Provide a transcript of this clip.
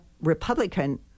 Republican